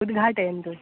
उद्घाटयन्तु